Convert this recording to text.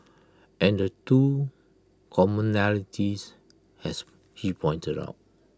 and the two commonalities as he pointed out